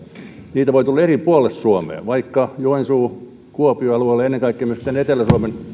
niitä voi tulla eri puolille suomea vaikka joensuu kuopio alueelle ennen kaikkea tänne etelä suomen